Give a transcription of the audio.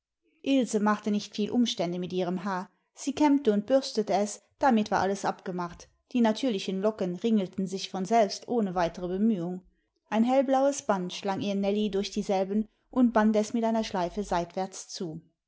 ilse machte nicht viel umstände mit ihrem haar sie kämmte und bürstete es damit war alles abgemacht die natürlichen locken ringelten sich von selbst ohne weitere bemühung ein hellblaues band schlang ihr nellie durch dieselben und band es mit einer schleife seitwärts zu